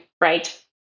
right